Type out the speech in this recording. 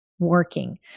working